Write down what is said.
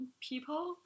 people